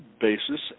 basis